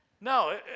No